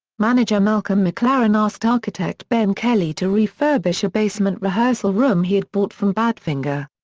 manager malcolm mclaren asked architect ben kelly to refurbish a basement rehearsal room he had bought from badfinger.